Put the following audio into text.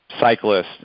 cyclists